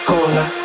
Cola